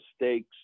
mistakes